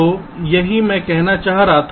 तो यही मैं कहना चाह रहा था